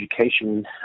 education